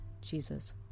Jesus